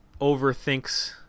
overthinks